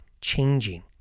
changing